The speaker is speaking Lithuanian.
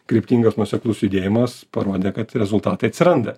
kryptingas nuoseklus judėjimas parodė kad rezultatai atsiranda